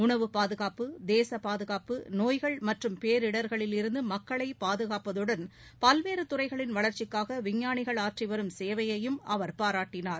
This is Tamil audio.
உணவு பாதுகாப்பு தேச பாதுகாப்பு நோய்கள் மற்றும் பேரிடர்களிலிருந்து மக்களை பாதுகாப்பதுடன் பல்வேறு துறைகளின் வளர்ச்சிக்காக விஞ்ஞானிகள் ஆற்றிவரும் சேவையையும் அவர் பாராட்டினார்